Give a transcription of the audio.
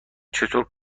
چطور